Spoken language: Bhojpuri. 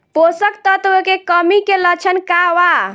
पोषक तत्व के कमी के लक्षण का वा?